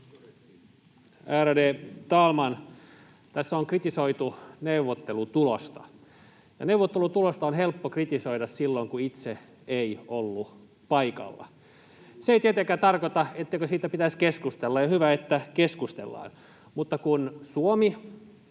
Ärade talman! Tässä on kritisoitu neuvottelutulosta, ja neuvottelutulosta on helppo kritisoida silloin, kun itse ei ollut paikalla. Se ei tietenkään tarkoita, etteikö siitä pitäisi keskustella, ja hyvä, että keskustellaan, mutta kun